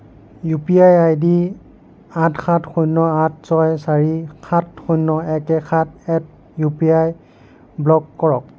U P I ID আঠ সাত শূণ্য আঠ ছয় চাৰি সাত শূণ্য এক এক সাত at U P I block কৰক